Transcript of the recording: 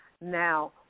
Now